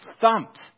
thumped